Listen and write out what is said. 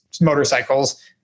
motorcycles